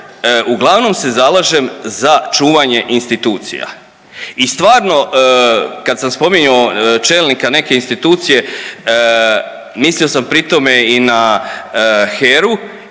uglavnom se zalažem za čuvanje institucija i stvarno kad sam spominjao čelnika neke institucije mislio sam pri tome i na HERU